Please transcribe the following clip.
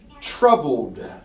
troubled